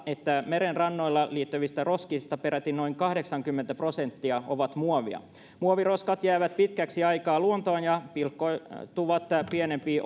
että merenrannoilla esiintyvistä roskista peräti noin kahdeksankymmentä prosenttia on muovia muoviroskat jäävät pitkäksi aikaa luontoon ja pilkkoutuvat pienempiin